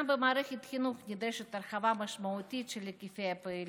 גם במערכת החינוך נדרשת הרחבה משמעותית של היקפי הפעילות,